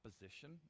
opposition